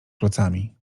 klocami